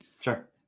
Sure